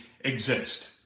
exist